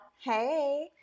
Hey